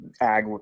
ag